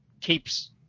keeps